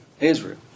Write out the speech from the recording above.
Israel